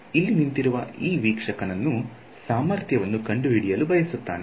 ಇಲ್ಲಿ ನಿಂತಿರುವ ಈ ವೀಕ್ಷಕನು ಸಾಮರ್ಥ್ಯವನ್ನು ಕಂಡುಹಿಡಿಯಲು ಬಯಸುತ್ತಾನೆ